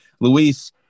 Luis